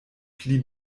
pli